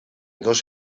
dos